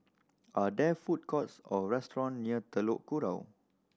are there food courts or restaurant near Telok Kurau